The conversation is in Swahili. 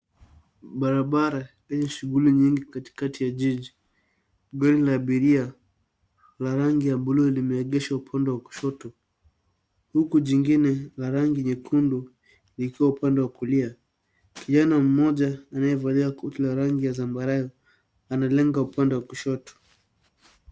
Barabara yenye shughuli nyingi katikati ya jiji, gari la abiria, la rangi ya blue limeegeshwa upande wa kushoto, huku jingine, la rangi nyekundu, likiwa upande wa kulia. Mwanaume mmoja aliyevalia koti la rangi ya zambarau, analenga, upande wa kushoto.